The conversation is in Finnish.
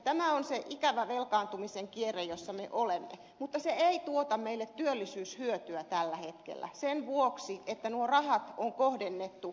tämä on se ikävä velkaantumisen kierre jossa me olemme mutta se ei tuota meille työllisyyshyötyä tällä hetkellä sen vuoksi että nuo rahat on kohdennettu epätehokkaasti